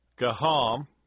Gaham